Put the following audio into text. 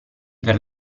per